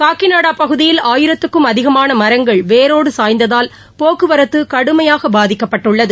காக்கிநாடா பகுதியில் ஆயிரத்துக்கும் அதிகமான மரங்கள் வேரோடு சாய்ந்ததால் போக்குவரத்து கடுமையாக பாதிக்கப்பட்டுள்ளது